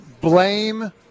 Blame